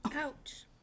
Ouch